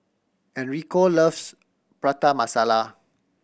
Enrico loves Prata Masala